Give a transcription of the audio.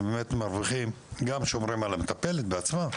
גם מרוויחים ןגם שומרים על המטפלת בעצמה.